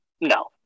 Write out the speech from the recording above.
No